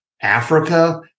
Africa